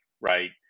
right